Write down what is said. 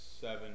seven